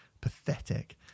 Pathetic